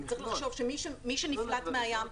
צריך לחשוב שמי שנפלט מהים,